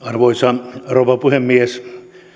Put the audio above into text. arvoisa rouva puhemies